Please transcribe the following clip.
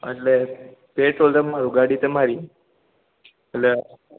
એટલે પેટ્રોલ તમારું ગાડી તમારી એટલે